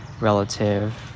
relative